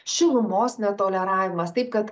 šilumos netoleravimas taip kad